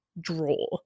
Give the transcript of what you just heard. draw